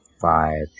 five